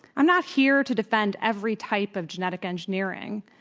i'm not here to defend every type of genetic engineering.